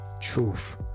truth